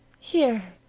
here.